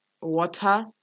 Water